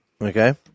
Okay